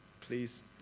Please